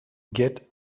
get